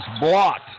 blocked